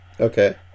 Okay